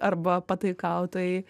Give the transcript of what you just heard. arba pataikautojai